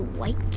White